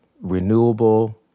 renewable